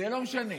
זה לא משנה.